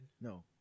No